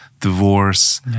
divorce